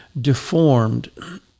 deformed